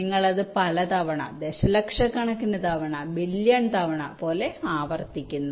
നിങ്ങൾ അത് പലതവണ ദശലക്ഷക്കണക്കിന് തവണ ബില്യൺ തവണ പോലെ ആവർത്തിക്കുന്നു